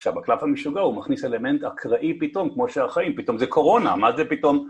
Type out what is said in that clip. עכשיו, בקלף המשוגע הוא מכניס אלמנט אקראי פתאום, כמו שהחיים, פתאום זה קורונה, מה זה פתאום...